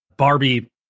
Barbie